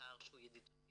אתר שהוא ידידותי,